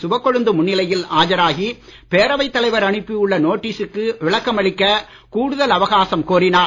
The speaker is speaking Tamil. சிவக்கொழுந்து முன்னிலையில் ஆஜராகி பேரவைத் தலைவர் அனுப்பியுள்ள நோட்டீசுக்கு விளக்கம் அளிக்க கூடுதல் அவகாசம் கோரினார்